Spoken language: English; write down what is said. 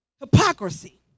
hypocrisy